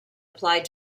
applied